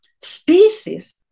species